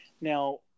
Now